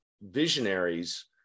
visionaries